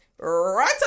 Right